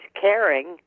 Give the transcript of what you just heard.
caring